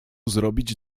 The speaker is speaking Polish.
zrobić